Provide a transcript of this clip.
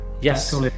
yes